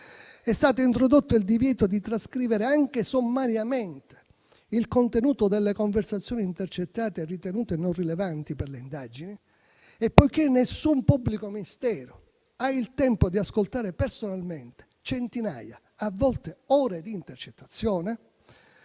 È stato introdotto il divieto di trascrivere anche sommariamente il contenuto delle conversazioni intercettate ritenute non rilevanti per le indagini. E, poiché nessun pubblico ministero ha il tempo di ascoltare personalmente ore di intercettazioni